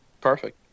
Perfect